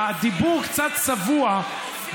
הדיבור קצת צבוע,